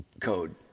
code